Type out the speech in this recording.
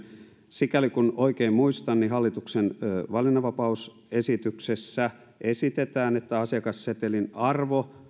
sikäli kuin oikein muistan hallituksen valinnanvapausesityksessä esitetään että asiakassetelin arvon